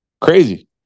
Crazy